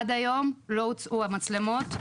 עד היום לא הוצאו המצלמות,